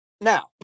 Now